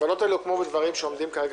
הוועדות האלה הוקמו מדברים שעומדים כרגע